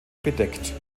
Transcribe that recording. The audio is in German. bedeckt